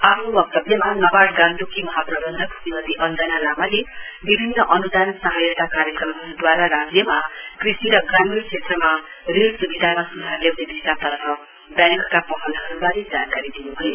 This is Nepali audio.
आफ्नो वक्तव्यमा नाबार्ड गान्तोककी महा प्रवन्धक श्रीमती अञ्जना लामाले विभिन्न अन्दान सहायता कार्यक्रमहरूद्वारा राज्यमा कृषि र ग्रामीण क्षेत्रमा ऋण सुविधामा सुधार ल्याउने दिशातर्फ व्याङकको पहलहरूबारे जानकारी दिनुभयो